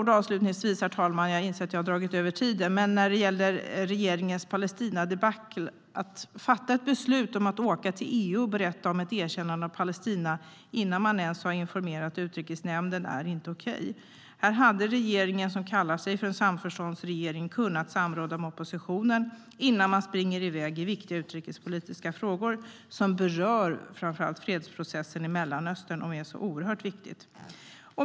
Jag inser att jag har dragit över tiden, men jag vill avslutningsvis säga några ord om regeringens Palestinadebacle. Att fatta ett beslut om att åka till EU och berätta om ett erkännande av Palestina innan man ens har informerat Utrikesnämnden är inte okej. Här hade regeringen, som kallar sig en samarbetsregering, kunnat samråda med oppositionen innan man sprang i väg i viktiga utrikespolitiska frågor som berör framför allt fredsprocessen i Mellanöstern som är så oerhört viktig.